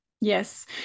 Yes